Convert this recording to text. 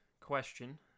question